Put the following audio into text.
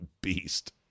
beast